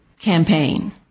campaign